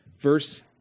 verse